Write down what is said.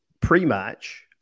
pre-match